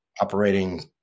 operating